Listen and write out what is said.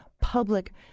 public